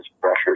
pressure